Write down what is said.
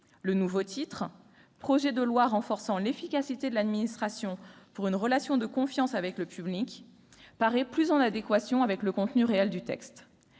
Le nouveau titre « projet de loi renforçant l'efficacité de l'administration pour une relation de confiance avec le public » paraissait plus en adéquation avec le contenu réel du texte.